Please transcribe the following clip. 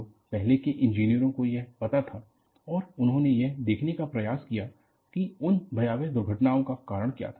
तो पहले के इंजीनियरों को यह पता था और उन्होंने यह देखने का प्रयास किया कि उन भयावह दुर्घटनाओं का कारण क्या था